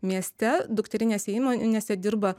mieste dukterinėse įmonėse dirba